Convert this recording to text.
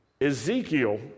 Ezekiel